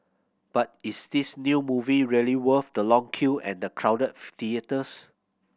but is this new movie really worth the long queue and the crowded theatres